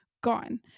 gone